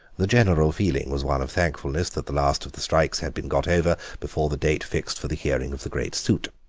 the general feeling was one of thankfulness that the last of the strikes had been got over before the date fixed for the hearing of the great suit.